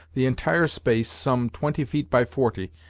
the entire space, some twenty feet by forty,